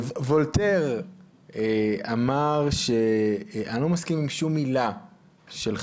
וולטר אמר שאני לא מסכים עם שום מילה שלך,